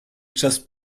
just